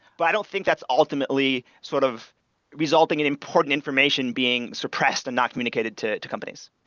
but i don't think that's ultimately sort of resulting an important information being suppressed and not communicated to to companies.